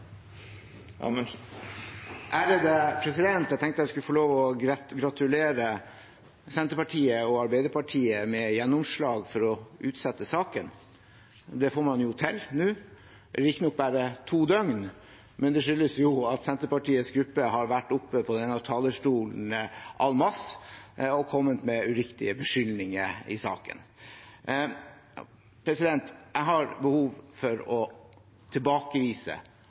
Jeg tenkte jeg skulle få lov å gratulere Senterpartiet og Arbeiderpartiet med gjennomslag for å utsette saken. Det får man jo til nå. Det blir riktig nok bare i to døgn, men det skyldes at Senterpartiets gruppe har vært oppe på denne talerstolen en masse og kommet med uriktige beskyldninger i saken. Jeg har behov for å tilbakevise